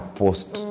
post